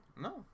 No